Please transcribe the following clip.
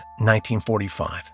1945